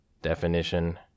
Definition